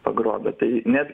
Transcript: pagrobia tai net